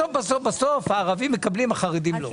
בסוף, בסוף, בסוף הערבים מקבלים, החרדים לא.